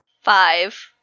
Five